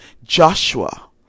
Joshua